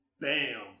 Bam